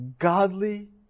godly